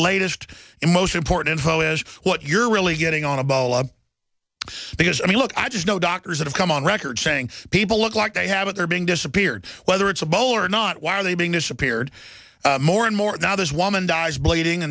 latest and most important info is what you're really getting on a ball because i mean look i just know doctors have come on record saying people look like they have in their being disappeared whether it's a ball or not why are they being disappeared more and more and now this woman dies bleeding a